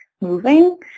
moving